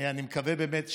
אני מקווה באמת,